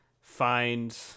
find